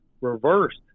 reversed